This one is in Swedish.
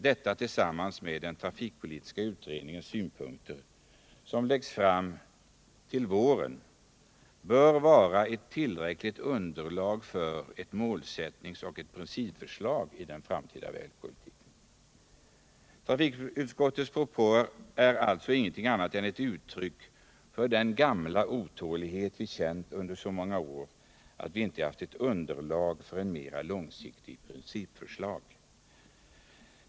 Detta tillsammans med den trafikpolitiska utredningens synpunkter, som läggs fram till våren, bör vara ett tillräckligt underlag för ett målsättningsoch principförslag om den framtida vägpolitiken. Trafikutskottets propåer är alltså ingenting annat än ett uttryck för den otålighet man känt under så många år över att vi inte haft underlag för ett mer långsiktigt principförslag.